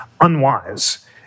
unwise